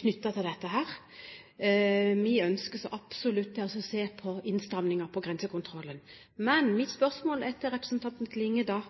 knyttet til dette. Vi ønsker så absolutt å se på innstramninger på grensekontrollen. Men mitt spørsmål er da til representanten Klinge: